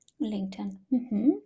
LinkedIn